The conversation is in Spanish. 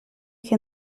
que